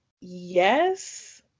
yes